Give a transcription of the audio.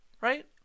right